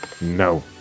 No